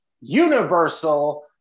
Universal